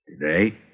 Today